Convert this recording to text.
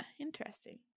Interesting